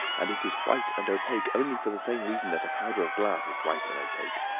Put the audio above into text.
and it is white and opaque only for the same reason that a powder of glass is white and opaque.